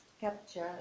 capture